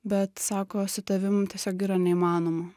bet sako su tavim tiesiog yra neįmanoma